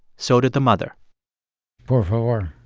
so did the mother por favor,